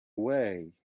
way